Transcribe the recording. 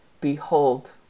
Behold